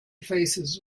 faces